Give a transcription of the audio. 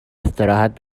استراحت